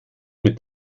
mit